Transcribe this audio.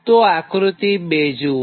તો આકૃતિ 2 જુઓ